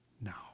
Now